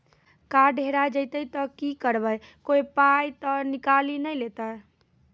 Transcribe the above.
Card हेरा जइतै तऽ की करवै, कोय पाय तऽ निकालि नै लेतै?